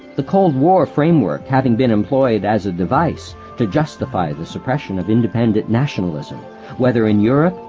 the cold war framework having been employed as a device to justify the suppression of independent nationalism whether in europe,